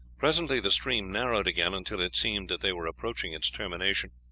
presently the stream narrowed again, until it seemed that they were approaching its termination,